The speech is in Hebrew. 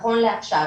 נכון לעכשיו.